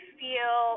feel